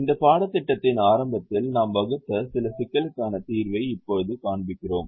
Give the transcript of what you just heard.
இந்த பாடத்திட்டத்தின் ஆரம்பத்தில் நாம் வகுத்த சில சிக்கல்களுக்கான தீர்வை இப்போது காண்பிக்கிறோம்